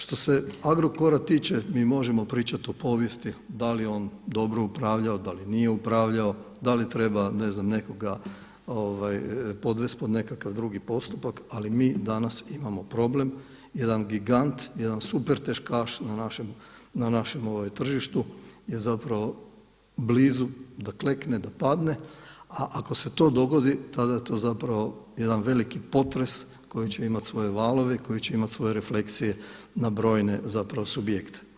Što se Agrokora tiče mi možemo pričati o povijesti da li je on dobro upravljalo, da li nije upravljao, da li treba ne znam nekoga podvest pod nekakav drugi postupak ali mi danas imamo problem jedan gigant, jedan super teškaš na našem tržištu je zapravo blizu da klekne, da padne, a ako se to dogodi tada je to zapravo jedan veliki potres koji će imati svoje valove i koji će imati svoj reflekcije na brojne zapravo subjekte.